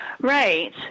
right